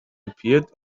appeared